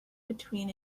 between